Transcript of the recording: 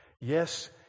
Yes